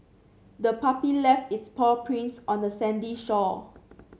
the puppy left its paw prints on the sandy shore